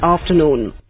afternoon